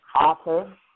author